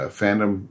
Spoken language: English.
fandom